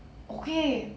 okay